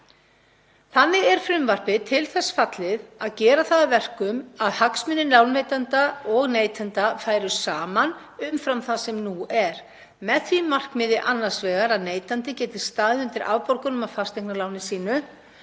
Þannig er frumvarpið til þess fallið að gera það að verkum að hagsmunir lánveitanda og neytanda færu saman umfram það sem nú er með því markmiði annars vegar að neytandi geti staðið undir afborgunum af fasteignaláni sínu